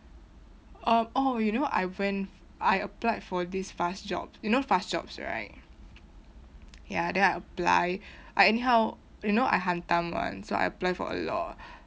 orh orh you know I went I applied for this fast job you know fast jobs right ya then I apply I anyhow you know I hantam [one] so I apply for a lot